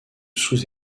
sous